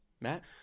Matt